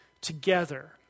together